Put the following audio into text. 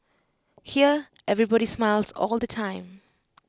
here everybody smiles all the time